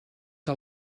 que